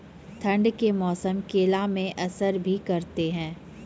ठंड के मौसम केला मैं असर भी करते हैं?